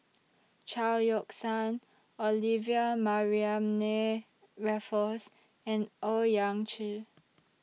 Chao Yoke San Olivia Mariamne Raffles and Owyang Chi